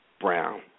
Brown